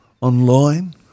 online